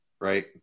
Right